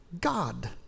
God